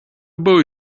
boy